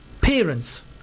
parents